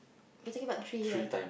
we're talking about tree here